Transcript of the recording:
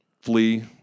flee